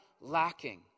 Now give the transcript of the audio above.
lacking